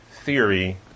theory